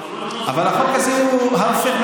אבל החוק הזה הוא ההפך,